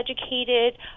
educated